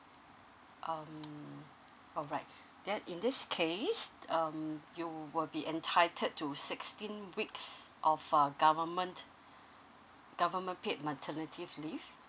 um alright then in this case um you will be entitled to sixteen weeks of uh government government paid maternity leave